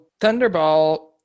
Thunderball